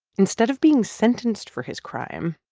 instead of being sentenced for his crime.